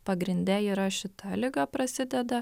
pagrinde yra šita liga prasideda